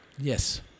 Yes